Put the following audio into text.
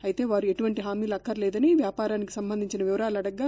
అయితే వారు ఎటువంటి హామీలు అక్కర్లేదని వ్యాపారానికి సంబంధించిన వివరాలు అడగ్గా